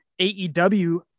AEW